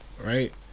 right